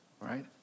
right